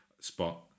spot